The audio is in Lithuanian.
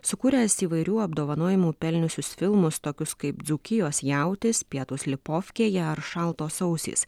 sukūręs įvairių apdovanojimų pelniusius filmus tokius kaip dzūkijos jautis pietūs lipofkėje ar šaltos ausys